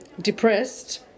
depressed